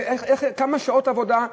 כמה שעות עבודה,